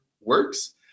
works